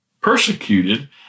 persecuted